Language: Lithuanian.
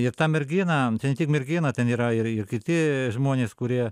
ir ta mergina ten tik mergina ten yra ir ir kiti žmonės kurie